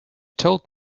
told